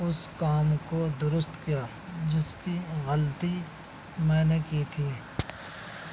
اس کام کو درست کیا جس کی غلطی میں نے کی تھی